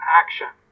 action